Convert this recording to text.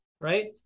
right